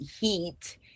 heat